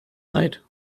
night